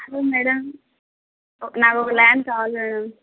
hello madam ఒ నాకు ఒక ల్యాండ్ కావాలి మేడం